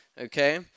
Okay